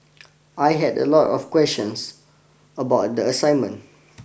I had a lot of questions about the assignment